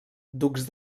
ducs